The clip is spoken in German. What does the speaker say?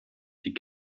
die